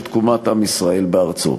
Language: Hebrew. של תקומת עם ישראל בארצו.